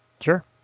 Sure